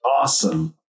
Awesome